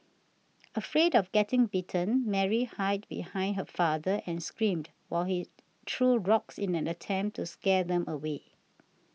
afraid of getting bitten Mary hid behind her father and screamed while he threw rocks in an attempt to scare them away